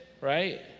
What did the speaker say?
Right